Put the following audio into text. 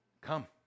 Come